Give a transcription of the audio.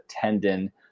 tendon